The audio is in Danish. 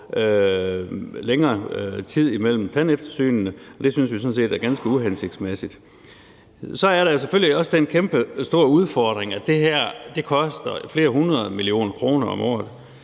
længere tid mellem tandeftersynene, og det synes vi sådan set er ganske uhensigtsmæssigt. Så er der selvfølgelig også den kæmpestore udfordring, at det her koster flere hundrede millioner kroner om året,